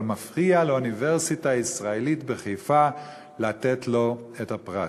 אבל מפריע לאוניברסיטה ישראלית בחיפה לתת לו את הפרס.